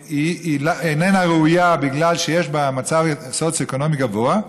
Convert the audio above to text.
איננה ראויה בגלל שיש בה מצב סוציו-אקונומי גבוה,